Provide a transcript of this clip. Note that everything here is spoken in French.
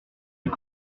est